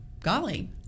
golly